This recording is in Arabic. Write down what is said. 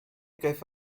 كيف